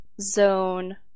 zone